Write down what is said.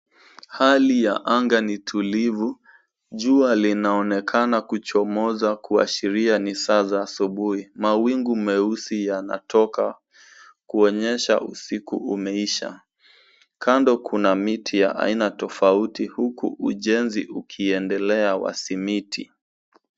Hali ya anga ni tulivu. Jua linaonekana kuchomoza kuashiria ni saa za asubuhi. Mawingu meusi yanatoka kuonyesha usiku umeisha. Kando kuna miti ya aina tofauti huku ujenzi ukiendelea wa simiti.